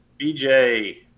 BJ